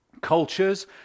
Cultures